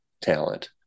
talent